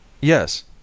yes